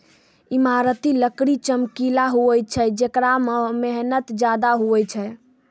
ईमारती लकड़ी चमकिला हुवै छै जेकरा मे मेहनत ज्यादा हुवै छै